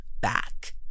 back